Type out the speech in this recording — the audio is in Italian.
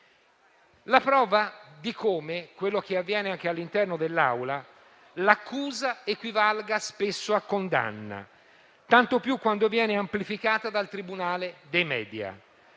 la prova di come - è quello che avviene anche all'interno dell'Aula - l'accusa equivalga spesso a condanna, tanto più quando viene amplificata dal tribunale dei *media.*